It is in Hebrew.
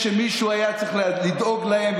מפני שמישהו היה צריך לדאוג להם.